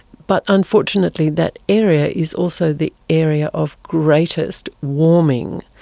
but unfortunately that area is also the area of greatest warming,